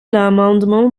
l’amendement